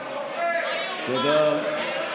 תודה.